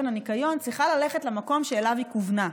הניקיון צריכה ללכת למקום שאליו היא כוונה,